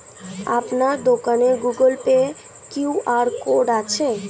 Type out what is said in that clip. আপনার দোকানে Google Pay QR code আছে?